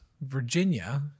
Virginia